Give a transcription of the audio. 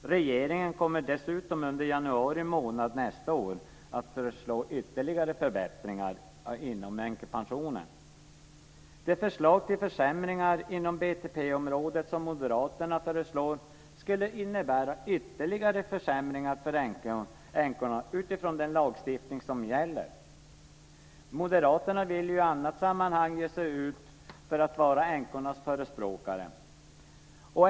Regeringen kommer dessutom under januari månad nästa år att föreslå ytterligare förbättringar inom änkepensionen. De förslag till försämringar inom BTP-området som Moderaterna föreslår skulle innebära ytterligare försämringar för änkorna utifrån den lagstiftning som gäller. Moderaterna vill ju i andra sammanhang ge sig ut för att vara änkornas förespråkare.